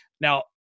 Now